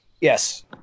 Yes